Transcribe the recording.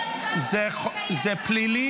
זה לא מפריע.